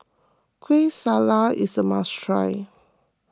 Kueh Salat is a must try